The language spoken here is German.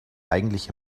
eigentlich